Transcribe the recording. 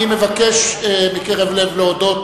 אני מבקש מקרב לב להודות,